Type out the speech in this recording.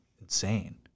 insane